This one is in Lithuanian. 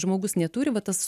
žmogus neturi va tas